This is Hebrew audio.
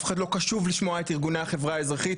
אף אחד לא קשוב לשמוע את ארגוני החברה האזרחית